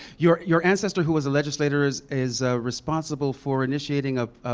your your ancestor who was a legislator is is responsible for initiating of